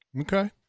Okay